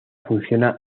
funciona